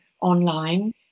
online